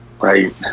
Right